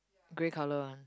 grey colour one